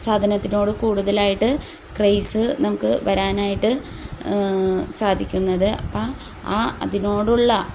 സാധനത്തിനോട് കൂടുതലായിട്ട് ക്രൈസ് നമുക്ക് വരാനായിട്ട് സാധിക്കുന്നത് അപ്പം ആ അതിനോടുള്ള